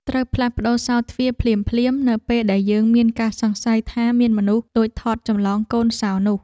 ត្រូវផ្លាស់ប្តូរសោរទ្វារថ្មីភ្លាមៗនៅពេលដែលយើងមានការសង្ស័យថាមានមនុស្សលួចថតចម្លងកូនសោរនោះ។